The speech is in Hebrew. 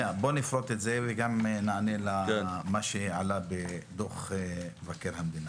בואו נפרוט את זה וגם נענה למה שעלה בדוח מבקר המדינה.